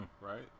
right